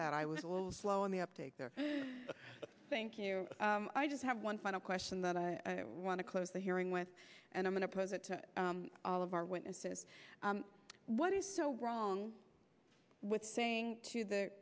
that i was a little slow on the uptake there thank you i just have one final question that i want to close the hearing with and i'm going to pose it to all of our witnesses what is so wrong with saying to the